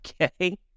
Okay